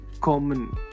common